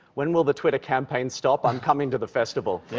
when will the twitter campaign stop? i'm coming to the festival.